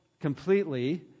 completely